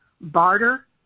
barter